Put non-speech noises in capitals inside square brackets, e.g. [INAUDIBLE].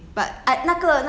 [NOISE]